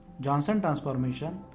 johnson transformation,